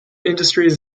industries